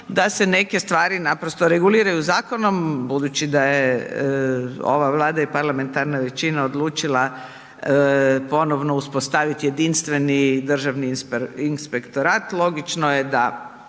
da se neke stvari naprosto reguliraju zakonom, budući da je ova Vlada i parlamentarna većina odlučila ponovno uspostavit jedinstveni Državni inspektorat, logično je da